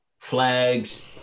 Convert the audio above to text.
Flags